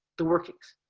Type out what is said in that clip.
the workings.